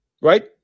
Right